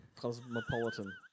Cosmopolitan